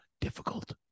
difficult